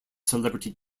celebrity